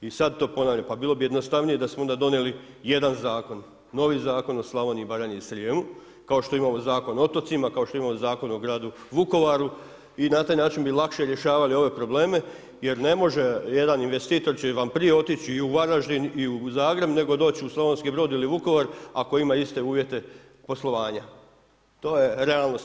I sad to ponavljam, pa bilo bi jednostavnije da onda donijeli jedan zakon, novi zakon o Slavoniji i Baranji i Srijemu, kao što imamo Zakon o otocima, kao što imamo Zakon o gradu Vukovaru i na taj način bi lakše rješavali ove probleme jer jedan investitor će vam prije otići i u Varaždin i u Zagreb nego doći u Slavonski Brod ili Vukovar ako ima iste uvjete poslovanja, to je realnosti.